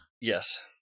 yes